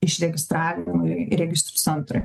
išregistravimui registrų centrui